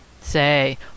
say